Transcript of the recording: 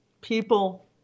People